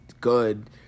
good